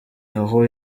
aho